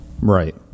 right